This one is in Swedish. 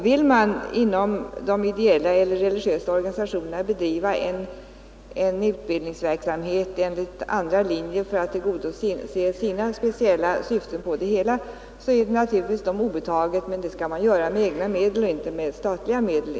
Vill de ideella eller religiösa organisationerna bedriva en utbildningsverksamhet enligt andra linjer för att tillgodose sina speciella syften i detta sammanhang, är det naturligtvis dem obetaget, men det skall de i så fall göra med egna och inte med statliga medel.